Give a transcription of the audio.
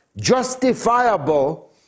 justifiable